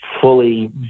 fully